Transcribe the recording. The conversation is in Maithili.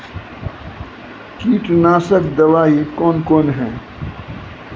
कीटनासक दवाई कौन कौन हैं?